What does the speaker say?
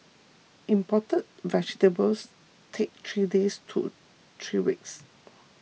imported vegetables take three days to three weeks